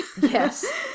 Yes